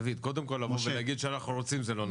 דוד, לבוא ולהגיד שאנחנו לא רוצים זה לא נכון.